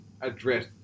address